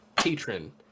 patron